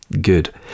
Good